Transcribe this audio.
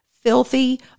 filthy